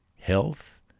health